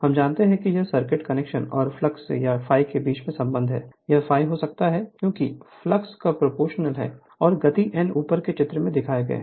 हम जानते हैं कि यह सर्किट कनेक्शन और फ्लक्स या ∅ के बीच का संबंध है यह ∅ हो सकता है क्योंकि फ्लक्स ∅ के प्रोपोर्शनल है और गति n ऊपर चित्र में दिखाए गए हैं